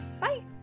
Bye